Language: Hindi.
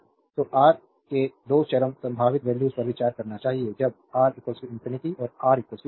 तो तो आर के 2 चरम संभावित वैल्यूज पर विचार करना चाहिए जब आर इंफिनिटी और जब आर 0